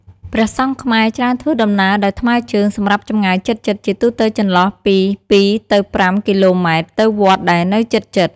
ព្រះសង្ឃខ្មែរច្រើនធ្វើដំណើរដោយ ថ្មើរជើង សម្រាប់ចម្ងាយជិតៗ ជាទូទៅចន្លោះពី ២ទៅ៥ គីឡូម៉ែត្រ ទៅវត្តដែលនៅជិតៗ។